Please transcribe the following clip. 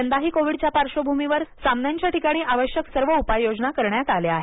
यंदाही कोविडच्या पार्श्वभूमीवर सामन्यांच्या ठिकाणी आवश्यक सर्व उपाययोजना करण्यात आल्या आहेत